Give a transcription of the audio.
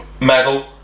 medal